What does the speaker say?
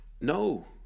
No